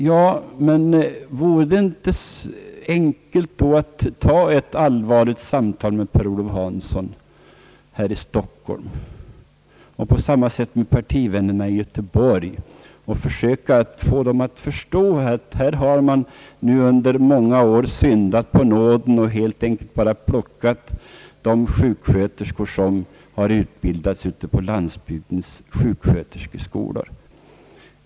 Ja, men vore det då inte enkelt att ta ett allvarligt samtal med herr Per-Olof Hanson här i Stockholm och göra detsamma med partivännerna i Göteborg och försöka få dem att förstå att man under många år syndat på nåden och helt enkelt bara plockat till sig de sjuksköterskor som utbildats på landsbygdens sjuksköterskeskolor?